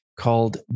called